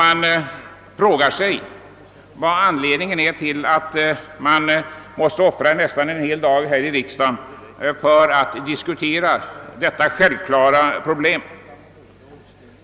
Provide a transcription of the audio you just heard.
Man frågar sig då vad anledningen är till att vi måste offra nästan en hel dag här i riksdagen för att diskutera detta självklara problem.